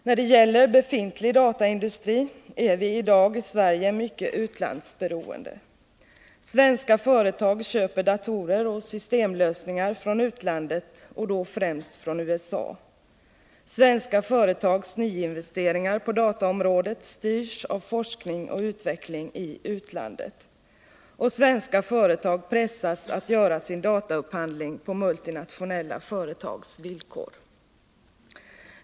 När det gäller befintlig dataindustri är vi i dag i Sverige mycket utlandsberoende. Svenska företag köper datorer och systemlösningar från utlandet och då främst från USA. Svenska företags nyinvesteringar på dataområdet styrs av forskning och utveckling i utlandet. Svenska företag pressas att göra sin dataupphandling på multinationella företags villkor.